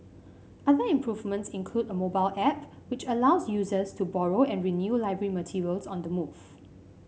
other improvements include a mobile app which allows users to borrow and renew library materials on the move